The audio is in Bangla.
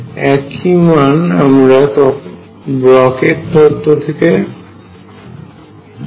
এই একই মান আমরা ব্লকের তত্ত্বBlochs theorem থেকেও পাই